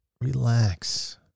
Relax